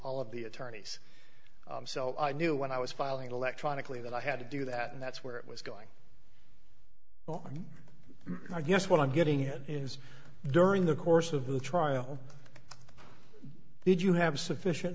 all of the attorneys so i knew when i was filing electronically that i had to do that and that's where it was going well i guess what i'm getting at is during the course of the trial did you have sufficient